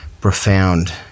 profound